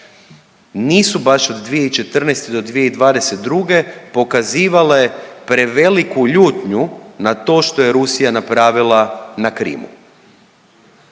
nisu baš od 2014. do 2022. pokazivale preveliku ljutnju na to što je Rusija napravila na Krimu.